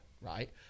right